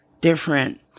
different